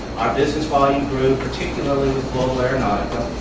our business volume grew, particularly with global aeronautica.